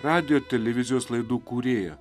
radijo televizijos laidų kūrėja